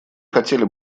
хотели